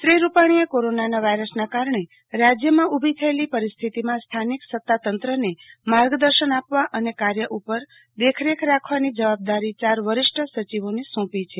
શ્રી રૂપાણીએ કોરોના વાયરસના કારણે રાજ્યમાં ઉભી થયેલી પરિસ્થિતિમાં સ્થાનિક સત્તાતંત્રને માર્ગદર્શન આપવા અને કાર્યો ઉપર દેખરેખ રાખવાની જવાબદારી યાર વરિષ્ઠ સચિવોને સોપી છે